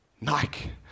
Nike